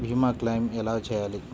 భీమ క్లెయిం ఎలా చేయాలి?